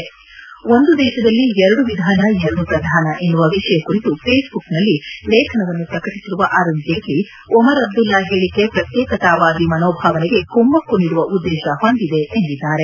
ಒಂದು ದೇಶದಲ್ಲಿ ಎರಡು ವಿಧಾನ ಎರಡು ಪ್ರಧಾನ ಎನ್ನುವ ವಿಷಯ ಕುರಿತು ಫೇಸ್ಬುಕ್ನಲ್ಲಿ ಲೇಖನವನ್ನು ಪ್ರಕಟಿಸಿರುವ ಅರುಣ್ ಜೇಟ್ಲಿ ಒಮರ್ ಅಬ್ದುಲ್ಲಾ ಹೇಳಿಕೆ ಪ್ರತ್ಯೇಕತಾವಾದಿ ಮನೋಭಾವನೆಗೆ ಕುಮ್ಮಕ್ಕು ನೀಡುವ ಉದ್ದೇಶ ಹೊಂದಿದೆ ಎಂದಿದ್ದಾರೆ